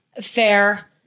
fair